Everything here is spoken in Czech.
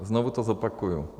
Znovu to zopakuju.